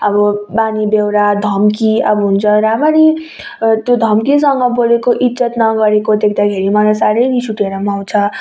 अब बानी बेहोरा धम्की अब हुन्छ राम्ररी त्यो धम्कीसँग बोलेको इज्जत नगरेको देख्दाखेरि मलाई साह्रै रिस उठेर आउँछ